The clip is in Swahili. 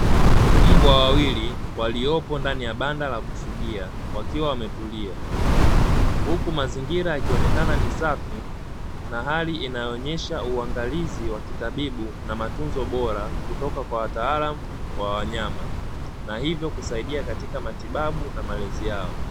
Mbwa wawili waliopo ndani ya banda la kufugia wakiwa wametulia, huku mazingira yakionekana ni safi, na hali inayoonyesha uangalizi wa kitabibu na matunzo bora kutoka kwa wataalamu wa wanyama na hivyo kusaidia katika matibabu na malezi yao.